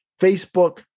Facebook